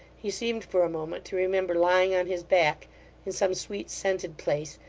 he seemed, for a moment, to remember lying on his back in some sweet-scented place,